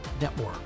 Network